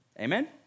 Amen